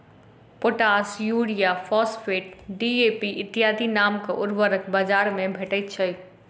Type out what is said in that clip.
potash, urea, phosphate, DAP इत्यादि नामक उर्वरक बाजार मे भेटैत छै